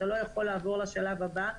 אתה לא יכול לעבור לשלב הבא.